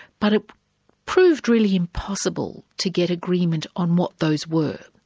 but it proved really impossible to get agreement on what those were.